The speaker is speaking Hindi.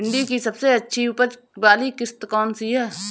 भिंडी की सबसे अच्छी उपज वाली किश्त कौन सी है?